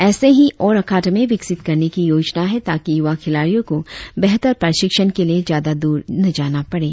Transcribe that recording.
ऐसी ही और अकादमी विकसित करने की योजना है ताकि युवा खिलाड़ियों को बेहतर प्रशिक्षण के लिए ज्यादा दूर न जाना पड़े